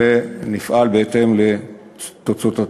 ונפעל בהתאם לתוצאות התחקיר.